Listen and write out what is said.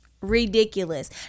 Ridiculous